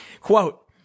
quote